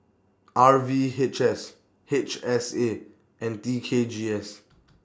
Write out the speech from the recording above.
R V H S H S A and T K G S